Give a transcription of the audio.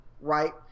right